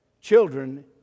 children